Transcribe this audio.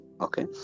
okay